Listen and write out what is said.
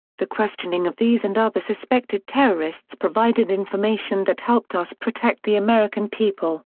the questioning of these and other suspected terrorists provided information that helped us protect the american people.